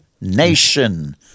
nation